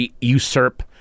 usurp